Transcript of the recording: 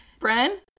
Bren